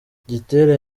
gitera